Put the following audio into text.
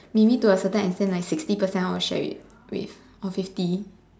maybe to a certain extent like sixty percent I would share it with or fifty